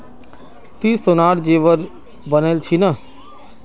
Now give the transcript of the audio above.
ती सोनार जेवर बनइल छि न